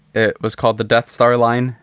it was called the death star line.